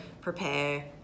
Prepare